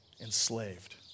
enslaved